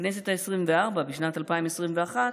בכנסת העשרים-וארבע, בשנת 2021,